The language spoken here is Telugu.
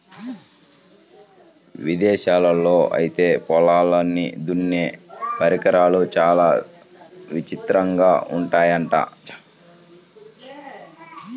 ఇదేశాల్లో ఐతే పొలాల్ని దున్నే పరికరాలు చానా విచిత్రంగా ఉంటయ్యంట